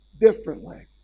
differently